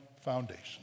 Foundation